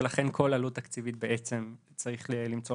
ולכן לכל עלות תקציבית בעצם צריך למצוא מקור תקציבי.